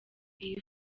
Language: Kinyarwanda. iyi